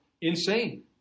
insane